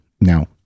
Now